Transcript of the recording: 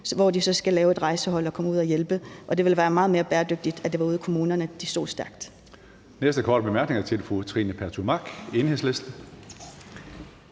hvor de så skal lave et rejsehold og komme ud og hjælpe, og det ville være meget mere bæredygtigt, at det var ude i kommunerne, de stod stærkt.